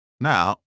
Now